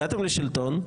הגעתם לשלטון,